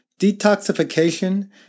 detoxification